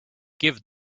give